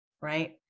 Right